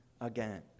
again